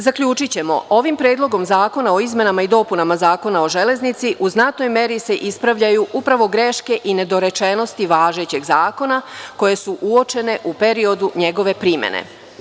Zaključićemo, ovim Predlogom zakona o izmenama i dopunama Zakona o železnici u znatnoj meri se ispravljaju upravo greške i nedorečenosti važećeg zakona, koje su uočene u periodu njegove primene.